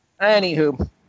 Anywho